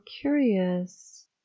curious